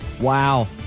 Wow